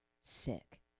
sick